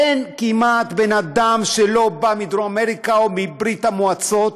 אין כמעט בן-אדם שבא מדרום אמריקה או מברית-המועצות,